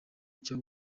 cyo